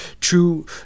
true